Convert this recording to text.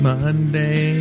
Monday